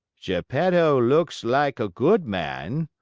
geppetto looks like a good man,